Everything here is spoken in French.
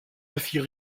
acier